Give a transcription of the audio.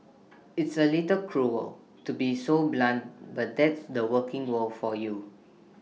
it's A little cruel to be so blunt but that's the working world for you